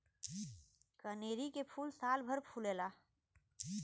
कनेरी के फूल सालभर फुलेला